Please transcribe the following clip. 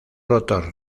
rotor